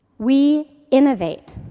we innovate.